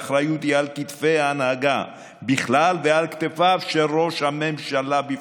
האחריות היא על כתפי ההנהגה בכלל ועל כתפיו של ראש הממשלה בפרט.